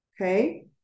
Okay